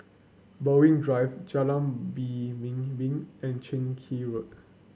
Berwick Drive Jalan and Keng Road